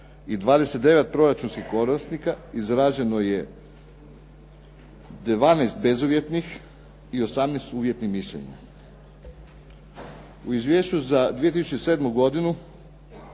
i 29 proračunskih korisnika izraženo je 12 bezuvjetnih i 18 uvjetnih mišljenja. U izvješću za 2007. godinu